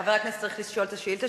חבר הכנסת צריך לשאול את השאילתא,